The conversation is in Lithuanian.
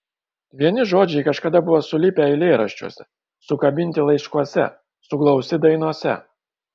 vieni žodžiai kažkada buvo sulipę eilėraščiuose sukabinti laiškuose suglausti dainose